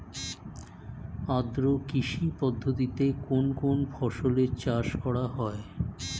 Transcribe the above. আদ্র কৃষি পদ্ধতিতে কোন কোন ফসলের চাষ করা হয়?